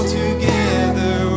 together